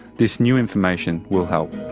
this new information will help.